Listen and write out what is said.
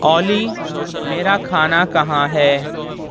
اولی میرا کھانا کہاں ہے